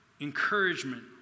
encouragement